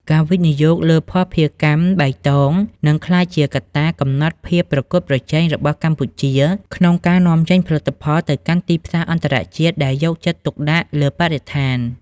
ការវិនិយោគលើ "ភស្តុភារកម្មបៃតង" នឹងក្លាយជាកត្តាកំណត់ភាពប្រកួតប្រជែងរបស់កម្ពុជា ក្នុងការនាំចេញផលិតផលទៅកាន់ទីផ្សារអន្តរជាតិដែលយកចិត្តទុកដាក់លើបរិស្ថាន។